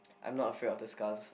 I'm not afraid of discuss